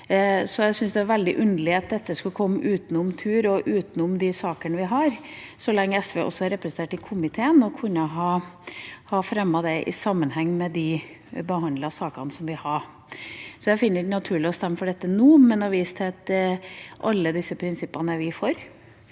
så jeg syns det er veldig underlig at dette skulle komme utenom tur og utenom de sakene vi har, så lenge SVogså er representert i komiteen og kunne ha fremmet det i sammenheng med de sakene vi behandlet. Jeg finner det ikke naturlig å stemme for dette nå, men viser til at alle disse prinsippene er vi for